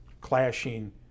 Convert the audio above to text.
clashing